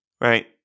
right